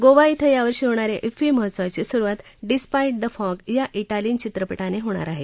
गोवा धिं यावर्षी होणा या धिंफी महोत्सवाची सुरुवात डिस्पाईट द फॉग या धिंगलियन चित्रपटानं होणार आहे